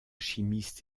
chimistes